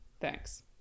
Thanks